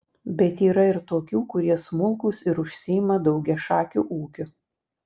bet yra ir tokių kurie smulkūs ir užsiima daugiašakiu ūkiu